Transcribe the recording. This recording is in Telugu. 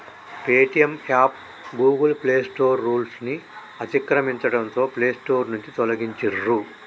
పేటీఎం యాప్ గూగుల్ ప్లేస్టోర్ రూల్స్ను అతిక్రమించడంతో ప్లేస్టోర్ నుంచి తొలగించిర్రు